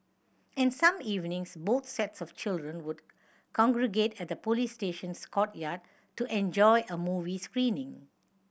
and some evenings both sets of children would congregate at the police station's courtyard to enjoy a movie screening